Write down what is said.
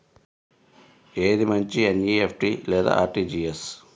ఏది మంచి ఎన్.ఈ.ఎఫ్.టీ లేదా అర్.టీ.జీ.ఎస్?